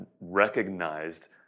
recognized